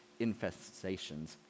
infestations